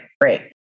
great